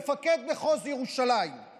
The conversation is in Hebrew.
מפקד מחוז ירושלים,